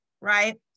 right